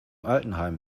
altenheim